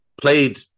Played